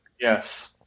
Yes